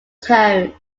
tone